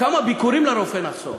כמה ביקורים לרופא נחסוך,